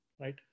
right